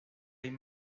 seis